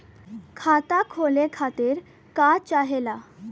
खाता खोले खातीर का चाहे ला?